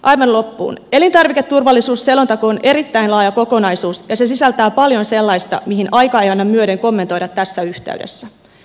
aivan loppuun elintarviketurvallisuusselonteko on erittäin laaja kokonaisuus ja se sisältää paljon sellaista mihin aika ei anna myöden kommentoida tässä yhteydessä